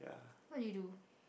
what you do